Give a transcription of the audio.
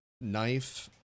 knife